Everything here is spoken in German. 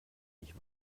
nicht